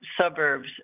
suburbs